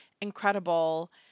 incredible